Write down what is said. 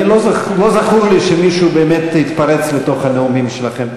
באמת לא זכור לי שמישהו התפרץ לנאומים שלכם.